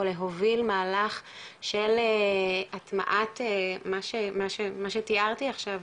להוביל מהלך של הטמעת מה שתיארתי עכשיו,